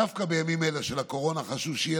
דווקא בימים אלה של הקורונה חשוב שיהיו